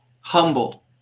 humble